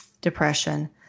depression